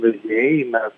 vežėjai mes